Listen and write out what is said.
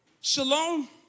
shalom